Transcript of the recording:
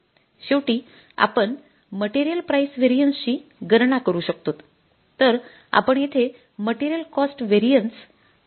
शेवटी आपण material price variance ची गणना करू शकतोत तर आपण येथे मटेरियल कॉस्ट व्हेरिएन्स गणना करू